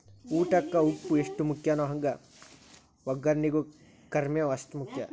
ಊಟಕ್ಕ ಉಪ್ಪು ಎಷ್ಟ ಮುಖ್ಯಾನೋ ಹಂಗ ವಗ್ಗರ್ನಿಗೂ ಕರ್ಮೇವ್ ಅಷ್ಟ ಮುಖ್ಯ